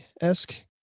esque